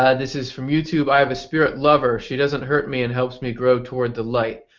ah this is from youtube. i have a spirit lover. she doesn't hurt me and helps me grow towards the light.